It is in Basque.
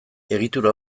egitura